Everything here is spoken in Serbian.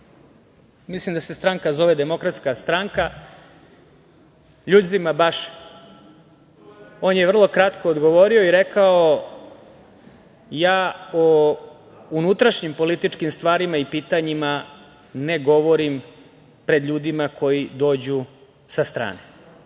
mislim da se stranka zove Demokratska stranka Ljuzima Baše, on je vrlo kratko odgovorio i rekao – ja o unutrašnjim političkim stvarima i pitanjima ne govorim pred ljudima koji dođu sa strane.